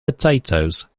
potatoes